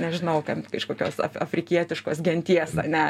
nežinau ten iš kokios afrikietiškos genties ane